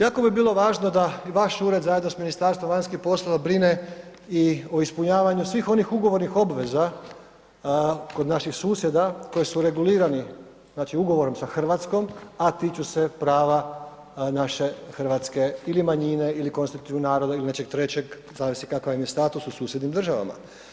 Jako bi bilo važno da vaš ured zajedno sa Ministarstvom vanjskih poslova brine i o ispunjavanju svih onih ugovornih obveza kod naših susjeda koji su regulirani ugovorom sa Hrvatskom, a tiču se prava naše hrvatske ili manje ili konstitutivnog naroda ili nečeg trećeg, zavisi kakav im je status u susjednim državama.